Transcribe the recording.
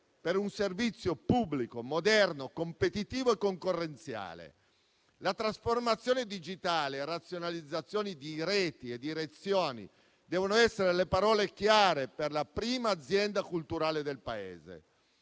per un servizio pubblico moderno, competitivo e concorrenziale. Trasformazione digitale e razionalizzazione di reti e direzioni devono essere le parole chiave per la prima azienda culturale del Paese.